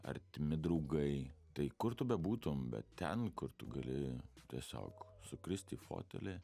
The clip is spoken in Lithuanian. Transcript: artimi draugai tai kur tu bebūtum bet ten kur tu gali tiesiog sukrist į fotelį